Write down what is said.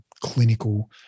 clinical